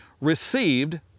received